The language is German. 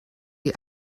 die